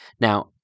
Now